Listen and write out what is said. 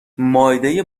مائده